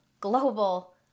global